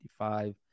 55